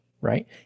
right